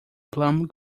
plumb